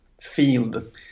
field